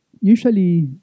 usually